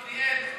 בעתניאל,